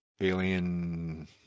alien